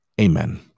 amen